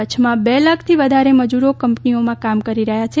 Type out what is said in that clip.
કચ્છમાં બે લાખથી વધારે મજૂરો કંપનીઓમાં કામ કરી રહ્યા છે